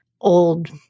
old